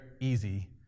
easy